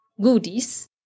goodies